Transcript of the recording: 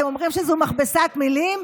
אתם אומרים שזו מכבסת מילים?